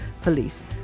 police